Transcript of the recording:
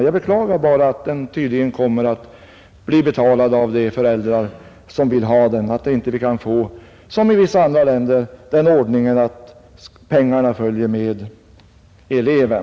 Jag beklagar bara att den tydligen kommer att bli betalad av de föräldrar som vill ha den, att vi inte som i vissa andra länder kan få den ordningen att pengarna följer med eleven.